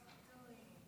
בבקשה.